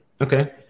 Okay